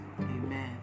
Amen